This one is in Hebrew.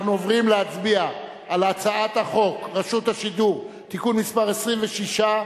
אנחנו עוברים להצביע על הצעת חוק רשות השידור (תיקון מס' 26),